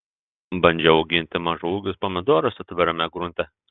bandžiau auginti mažaūgius pomidorus atvirame grunte